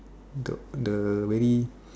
the the very